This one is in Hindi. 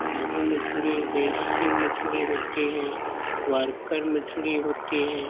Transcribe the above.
रेहू मछली देसी मछली होती है वार्कर मछली होती है